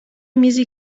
میزی